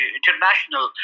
international